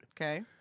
Okay